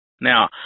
Now